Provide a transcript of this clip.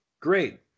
Great